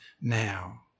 now